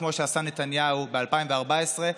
כמו שעשה נתניהו ב-2014,